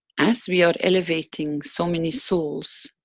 as we are elevating so many souls,